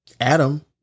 Adam